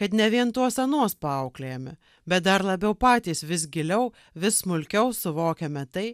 kad ne vien tuos anuos paauklėjame bet dar labiau patys vis giliau vis smulkiau suvokiame tai